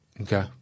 Okay